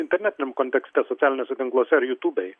internetiniam kontekste socialiniuose tinkluose ar jūtubėj